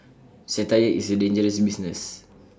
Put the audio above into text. satire is A dangerous business